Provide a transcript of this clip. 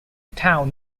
town